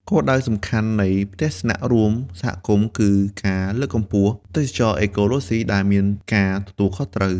គោលដៅសំខាន់នៃផ្ទះស្នាក់រួមសហគមន៍គឺការលើកកម្ពស់ ទេសចរណ៍អេកូឡូស៊ី ដែលមានការទទួលខុសត្រូវ។